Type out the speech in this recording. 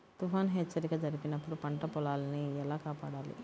తుఫాను హెచ్చరిక జరిపినప్పుడు పంట పొలాన్ని ఎలా కాపాడాలి?